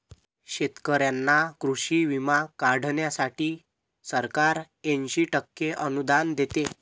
शेतकऱ्यांना कृषी विमा काढण्यासाठी सरकार ऐंशी टक्के अनुदान देते